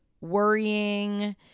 worrying